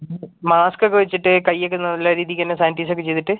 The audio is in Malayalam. മാസ്ക് ഒക്കെ വെച്ചിട്ട് കയ്യൊക്കെ നല്ല രീതിക്ക് തന്നെ സാനിറ്റൈസ് ഒക്കെ ചെയ്തിട്ട്